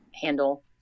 handle